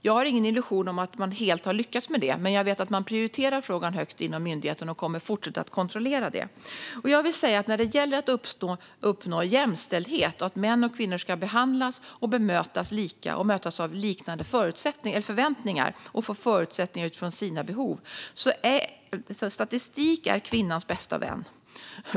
Jag har ingen illusion om att man helt har lyckats med det, men jag vet att man prioriterar frågan högt inom myndigheten och kommer att fortsätta att kontrollera det. När det gäller att uppnå jämställdhet och att män och kvinnor ska behandlas och bemötas lika och mötas av liknande förväntningar och få förutsättningar utifrån sina behov är statistik kvinnans bästa vän.